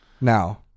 Now